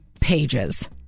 pages